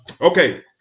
Okay